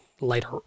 later